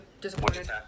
disappointed